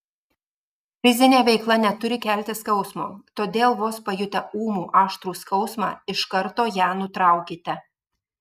fizinė veikla neturi kelti skausmo todėl vos pajutę ūmų aštrų skausmą iš karto ją nutraukite